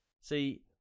See